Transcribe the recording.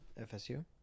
FSU